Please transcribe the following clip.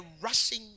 rushing